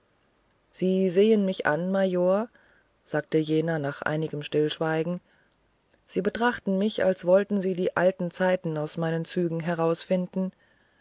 sie sehen mich an major sagte jener nach einigem stillschweigen sie betrachten mich als wollten sie die alten zeiten aus meinen zügen herausfinden